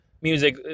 music